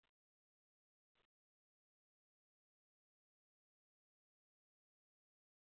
ꯎꯝ sofa ꯑꯥ ꯁꯣꯐꯥꯒꯤꯁꯤ ꯍꯥꯏꯗꯤ ꯃꯣꯏ ꯇꯦꯕꯜꯒꯗꯤ ꯌꯥꯎꯔꯛꯑꯣꯏꯗꯕ꯭ꯔꯥ